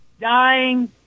dying